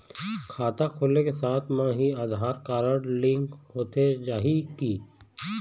खाता खोले के साथ म ही आधार कारड लिंक होथे जाही की?